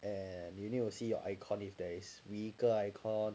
and you need to see your icon if there is vehicle icon